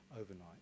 overnight